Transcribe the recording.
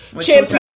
champion